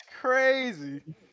crazy